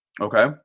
Okay